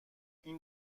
این